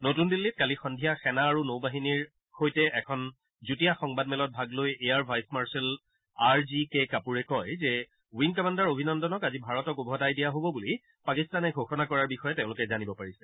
নতুন দিল্লীত কালি সদ্ধিয়া সেনা আৰু নৌ বাহিনীৰ সৈতে এখন যুটীয়া সংবাদমেলত ভাগ লৈ air vice marshal R G K কাপুৰে কয় যে উইং কামাণ্ডাৰ অভিনন্দনক আজি ভাৰতক ওভতাই দিয়া হব বুলি পাকিস্তানে ঘোষণা কৰাৰ বিষয়ে তেওঁলোকে জানিব পাৰিছে